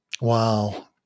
Wow